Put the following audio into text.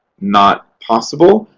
not possible.